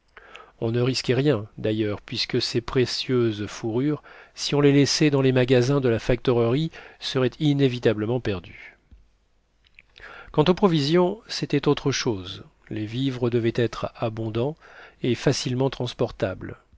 on ne risquait rien d'ailleurs puisque ces précieuses fourrures si on les laissait dans les magasins de la factorerie seraient inévitablement perdues quant aux provisions c'était autre chose les vivres devaient être abondants et facilement transportables